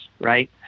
Right